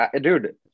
Dude